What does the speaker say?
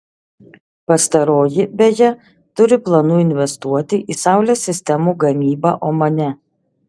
pastaroji beje turi planų investuoti į saulės sistemų gamybą omane